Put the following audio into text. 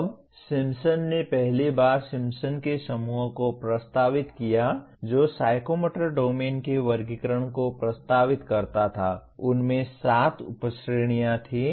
अब सिम्पसन ने पहली बार सिम्पसन के समूह को प्रस्तावित किया जो साइकोमोटर डोमेन के वर्गीकरण को प्रस्तावित करता था उनमे सात उपश्रेणियाँ दीं